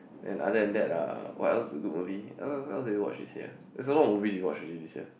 and other than that uh what else is a good movie I don't know what else did we watch this year there's a lot of movie we watched already this year